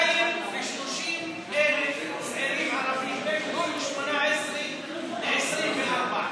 230,000 צעירים ערבים בגיל 18 עד 24,